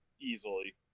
Easily